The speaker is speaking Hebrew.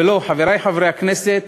ולא, חברי חברי הכנסת,